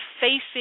facing